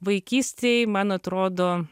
vaikystėj man atrodo